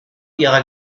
ihrer